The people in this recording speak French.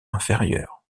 inférieure